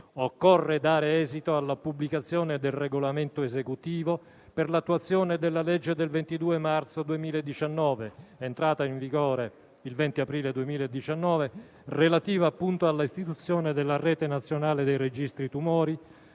occorre dare esito alla pubblicazione del regolamento esecutivo per l'attuazione della legge del 22 marzo 2019, entrata in vigore il 20 aprile 2019, relativa appunto all'istituzione della rete nazionale dei registri tumori,